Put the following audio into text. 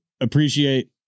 appreciate